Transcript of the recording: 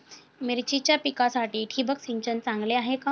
मिरचीच्या पिकासाठी ठिबक सिंचन चांगले आहे का?